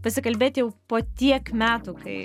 pasikalbėti jau po tiek metų kai